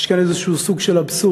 יש כאן איזה סוג של אבסורד: